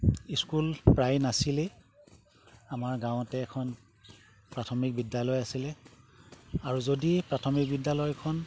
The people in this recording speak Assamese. স্কুল প্ৰায় নাছিলেই আমাৰ গাঁৱতে এখন প্ৰাথমিক বিদ্যালয় আছিলে আৰু যদি প্ৰাথমিক বিদ্যালয়খন